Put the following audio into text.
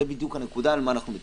זאת בדיוק הנקודה ועליה אנחנו מתעכבים.